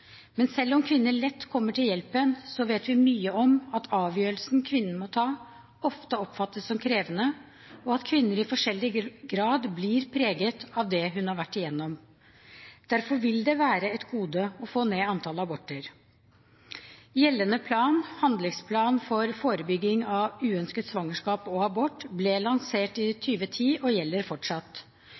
Men selv om kvinner lett kommer til hjelpen, vet vi mye om at avgjørelsen kvinnene må ta, ofte oppfattes som krevende, og at kvinner i forskjellig grad blir preget av det de har vært igjennom. Derfor vil det være et gode å få ned antall aborter. Handlingsplanen for forebygging av uønsket svangerskap og abort som ble lansert i 2010, gjelder fortsatt.